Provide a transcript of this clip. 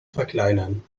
verkleinern